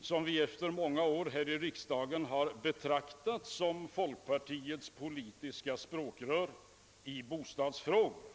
som vi efter hans många år i riksdagen betraktar som folkpartiets politiska språkrör i bostadsfrågor.